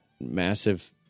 massive